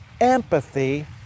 empathy